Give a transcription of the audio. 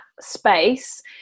space